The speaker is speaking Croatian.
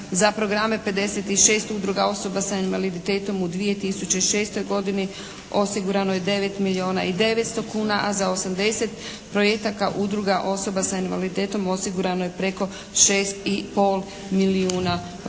za programe 56 udruga osoba sa invaliditetom u 2006. godini osigurano je 9 milijuna i 900 kuna, a za 80 projekata udruga osoba sa invaliditetom osigurano je preko 6,5 milijuna kuna.